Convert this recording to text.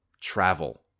Travel